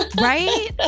right